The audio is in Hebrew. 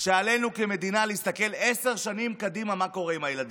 שעלינו כמדינה להסתכל עשר שנים קדימה מה קורה עם הילדים,